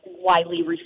widely